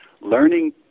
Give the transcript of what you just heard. Learning